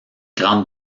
grande